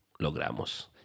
logramos